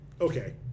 Okay